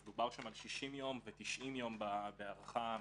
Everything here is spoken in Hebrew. אז דובר שם על 60 יום ועל 90 יום בהארכה מיוחדת.